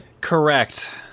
correct